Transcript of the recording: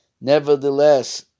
nevertheless